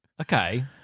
Okay